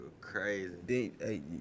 crazy